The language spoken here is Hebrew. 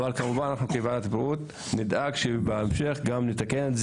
ואנחנו כוועדת בריאות נדאג בהמשך לתקן אותו